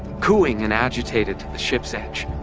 cooing and agitated to the ship's edge,